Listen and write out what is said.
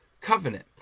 covenant